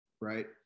right